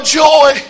joy